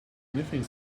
anything